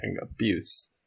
abuse